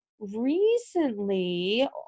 recently